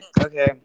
Okay